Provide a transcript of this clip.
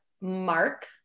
Mark